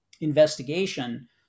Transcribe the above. investigation